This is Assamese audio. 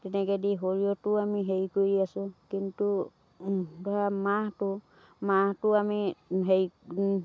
তেনেকৈ দি সৰিয়হটোও আমি হেৰি কৰি আছোঁ কিন্তু ধৰা মাহটো মাহটো আমি হেৰি